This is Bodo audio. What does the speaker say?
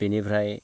बेनिफ्राय